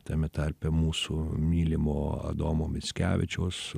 tame tarpe mūsų mylimo adomo mickevičiaus